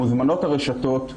מוזמנות הרשתות לתבוע,